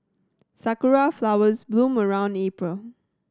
sakura flowers bloom around April